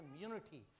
community